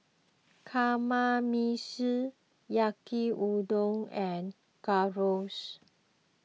Kamameshi Yaki Udon and Gyros